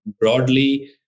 broadly